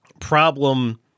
problem